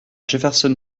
jefferson